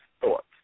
thoughts